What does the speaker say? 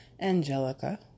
Angelica